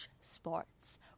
sports